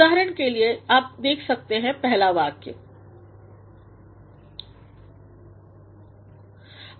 उदाहरण के लिए यहाँ आप देख सकते हैं पहले वाक्य को